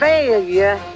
failure